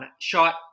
shot